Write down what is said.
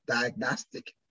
diagnostic